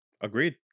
Agreed